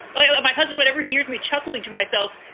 i love my husband whenever he heard me chuckle to myself.